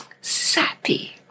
sappy